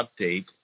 update